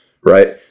right